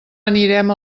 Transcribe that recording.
anirem